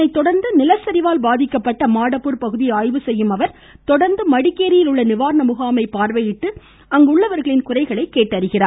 அதனைத்தொடா்ந்து நிலச்சரிவால் பாதிக்கப்பட்ட மாடப்பூர் பகுதியை ஆய்வு செய்யும் அவர் தொடர்ந்து மடிகேரியில் உள்ள நிவாரண முகாமை பார்வையிட்டு அங்குள்ளவர்களின் குறைகளை கேட்டறிகிறார்